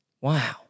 Wow